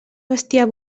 bestiar